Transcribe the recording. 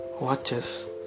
watches